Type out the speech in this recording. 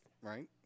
Right